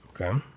Okay